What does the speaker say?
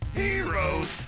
heroes